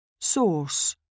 Source